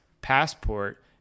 Passport